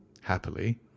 happily